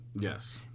Yes